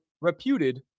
reputed